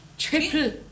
Triple